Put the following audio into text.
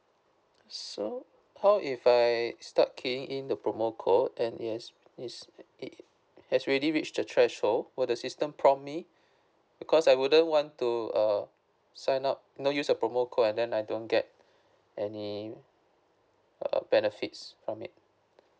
so how if I start keying in the promo code and yes is it has already reached the threshold will the system prompt me because I wouldn't want to uh sign up no use a promo code and then I don't get any uh benefits from it